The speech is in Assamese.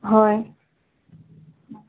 হয়